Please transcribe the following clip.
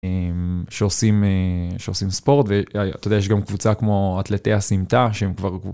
שעושים שעושים ספורט ואתה יודע יש גם קבוצה כמו אתלטי הסמטה שהם כבר.